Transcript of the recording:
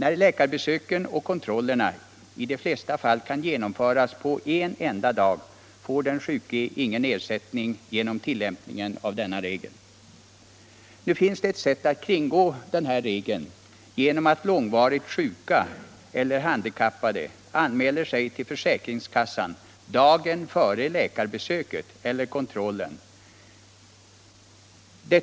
När läkarbesöken och kontrollerna i de flesta fall kan genomföras på en enda dag får genom tillämpningen av denna regel den sjuke ingen ersättning. Nu finns det ett sätt att kringgå denna regel, nämligen att den långvarigt sjuke eller handikappade anmäler sig till försäkringskassan dagen före lä 170 karbesöket eller kontrollen,